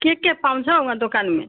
के के पाउँछ हौ वहाँ दोकानमा